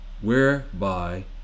whereby